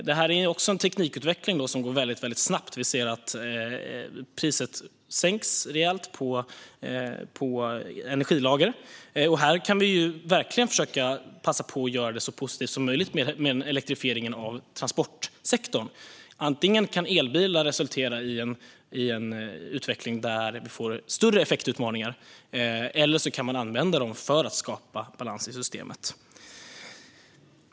Det är också en teknikutveckling som går väldigt snabbt. Vi ser att priset sänks rejält på energilager. Här kan vi verkligen passa på att göra det så positivt som möjligt med elektrifieringen av transportsektorn. Antingen kan elbilar resultera i en utveckling där vi får större effektutmaningar, eller så kan man använda dem för att skapa balans i systemet.